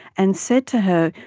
and said to her,